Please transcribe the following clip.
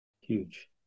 Huge